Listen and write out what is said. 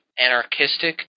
anarchistic